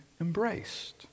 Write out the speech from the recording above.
embraced